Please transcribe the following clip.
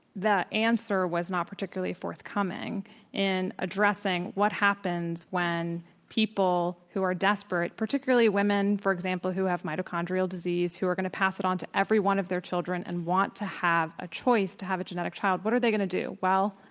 the answer was not particularly forthcoming in addressing what happens when people who are desperate, particularly women, for example, who have mitochondrial disease, who are going to pass it on to every one of their children and want to have a choice to have a genetic child. what are they going to do? well,